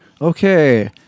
okay